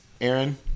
Aaron